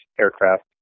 aircraft